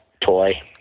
toy